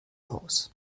aus